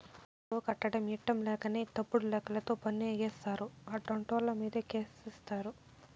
ఎక్కువ కట్టడం ఇట్టంలేకనే తప్పుడు లెక్కలతో పన్ను ఎగేస్తారు, అట్టాంటోళ్ళమీదే కేసేత్తారు